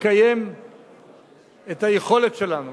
לקיים את היכולת שלנו